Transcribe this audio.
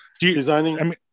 designing